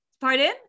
Pardon